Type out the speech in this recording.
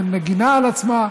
מגינה על עצמה,